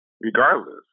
Regardless